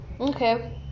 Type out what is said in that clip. okay